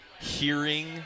hearing